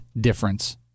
difference